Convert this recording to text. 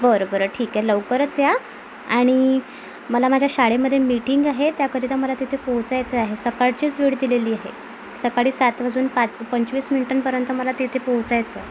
बरं बरं ठीक आहे लवकरच या आणि मला माझ्या शाळेमध्ये मीटिंग आहे त्याकरिता मला तेथे पोहोचायचं आहे सकाळचीच वेळ दिलेली आहे सकाळी सात वाजून पाच पंचवीस मिनटांपर्यंत मला तिथे पोहोचायचं आहे